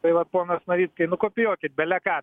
tai vat ponas navickai nukopijuokit beleką